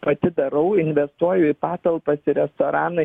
atidarau investuoju į patalpas į restoraną